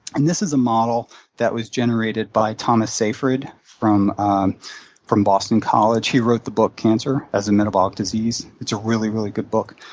and this is a model that was generated by thomas seyfried from um from boston college. he wrote the book, cancer as a metabolic disease. it's a really, really good book.